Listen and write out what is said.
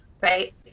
right